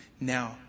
now